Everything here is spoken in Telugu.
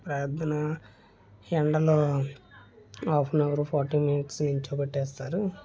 ప్రార్ధన ఎండలో హాఫెన్ అవర్ ఫార్టీ మినిట్స్ నించో పెట్టేస్తారు